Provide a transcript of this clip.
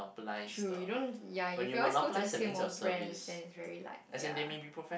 true you don't ya if you always go to the same old brand then it's very like ya